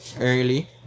early